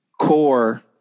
core